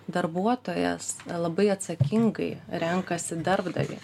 darbuotojas labai atsakingai renkasi darbdavį